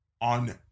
on